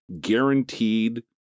guaranteed